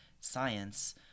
science